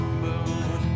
moon